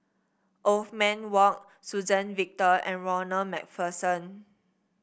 Othman Wok Suzann Victor and Ronald MacPherson